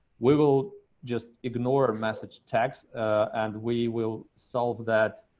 we will just ignore a message text and we will solve that